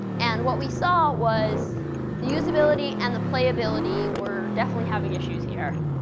and what we saw was the usability and the playability were definitely having issues here.